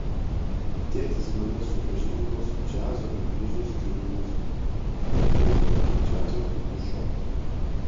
tėtis mane supažindino su džiazo ir bliuzo stilių muzika kartu eidavome į džiazo klubus šokti